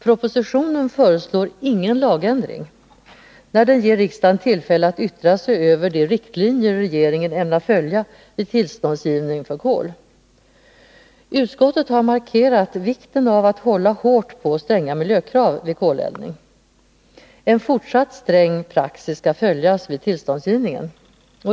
Propositionen föreslår ingen lagändring när den ger riksdagen tillfälle att yttra sig över de riktlinjer regeringen ämnar följa vid tillståndsgivning för kol. Utskottet har markerat vikten av att hålla hårt på stränga miljökrav vid koleldning. En sträng praxis skall följas vid tillståndsgivningen.